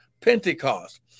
Pentecost